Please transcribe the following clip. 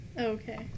Okay